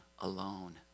alone